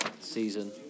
season